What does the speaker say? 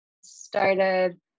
started